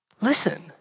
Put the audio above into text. listen